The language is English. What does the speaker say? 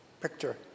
picture